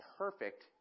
perfect